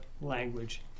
language